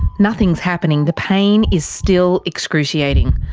nothing's happening, the pain is still excruciating.